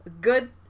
good